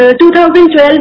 2012